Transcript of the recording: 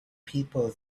people